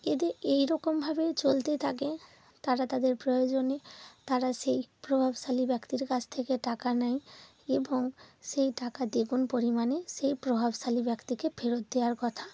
এদের এই রকমভাবেই চলতে থাকে তারা তাদের প্রয়োজনে তারা সেই প্রভাবশালী ব্যক্তির কাছ থেকে টাকা নেয় এবং সেই টাকা দ্বিগুণ পরিমাণে সেই প্রভাবশালী ব্যক্তিকে ফেরত দেওয়ার কথা